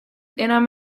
enam